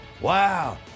wow